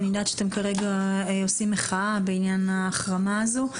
אני יודעת שאתם כרגע עושים מחאה בעניין החרמה הזו.